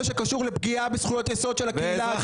שקשור לפגיעה בזכויות יסוד של הקהילה הגאה.